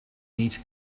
needs